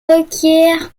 requiert